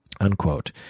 unquote